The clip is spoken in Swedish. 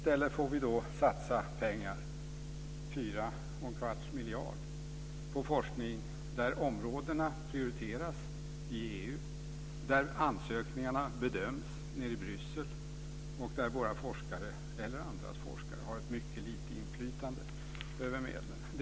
I stället får vi satsa 4 1⁄4 miljard på forskning där områdena prioriteras i EU, där ansökningarna bedöms nere i Bryssel och där våra forskare eller andras forskare har ett mycket litet inflytande över medlen.